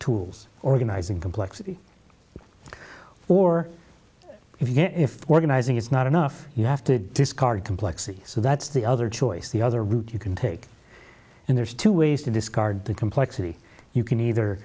tools organizing complexity or if you get if organizing is not enough you have to discard complexity so that's the other choice the other route you can take and there's two ways to discard the complexity you can either